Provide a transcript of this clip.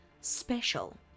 special